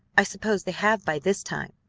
i suppose they have by this time.